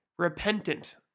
repentant